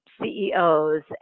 CEOs